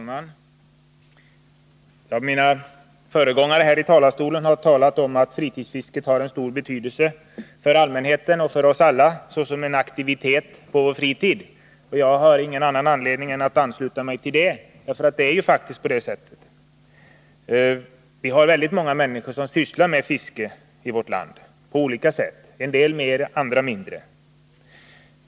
Herr talman! Mina föregångare här i talarstolen har sagt att fritidsfisket harstor betydelse för allmänheten, för oss alla, såsom en aktivitet på fritiden. Jag har ingen anledning att göra annat än ansluta mig till detta, för det är faktiskt på det sättet. Det är väldigt många människor som sysslar med fiske i vårt land på olika sätt — en del mer, andra mindre.